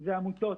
זה העמותות.